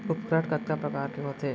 उपकरण कतका प्रकार के होथे?